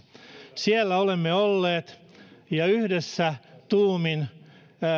siellä olemme olleet ja yhdessä tuumin